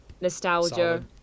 nostalgia